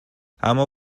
اما